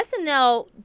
SNL